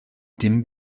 dim